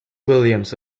williams